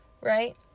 right